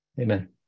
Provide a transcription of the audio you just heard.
Amen